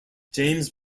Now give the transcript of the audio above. james